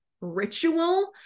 ritual